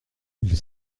ils